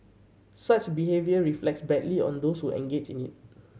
such behaviour reflects badly on those who engage in it